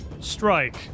strike